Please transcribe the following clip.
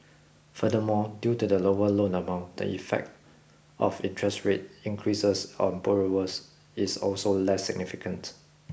furthermore due to the lower loan amount the effect of interest rate increases on borrowers is also less significant